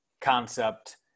concept